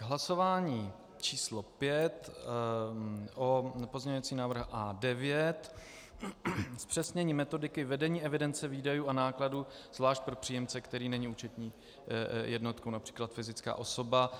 Hlasování číslo pět o pozměňovacím návrhu A9 zpřesnění metodiky vedení evidence výdajů a nákladů zvlášť pro příjemce, který není účetní jednotkou, například fyzická osoba.